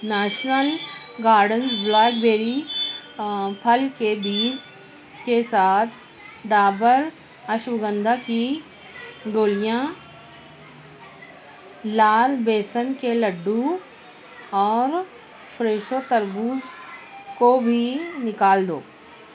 national gardens blackberry پھل کے بیج کے ساتھ ڈابر اشوگندھا کی گولیاں لال بیسن کے لڈو اور فریشو تربوز کو بھی نکال دو